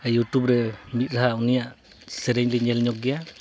YouTube ᱨᱮ ᱢᱤᱫ ᱫᱷᱟᱣ ᱩᱱᱤᱭᱟᱜ ᱥᱮᱨᱮᱧ ᱞᱤᱧ ᱧᱮᱞ ᱧᱚᱜᱽ ᱜᱮᱭᱟ